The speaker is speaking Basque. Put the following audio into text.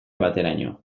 bateraino